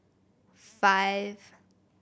five